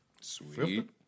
Sweet